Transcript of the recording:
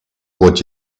what